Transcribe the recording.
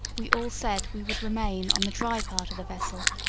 we all said we would remain on the dry part of the vessel,